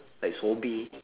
like sobri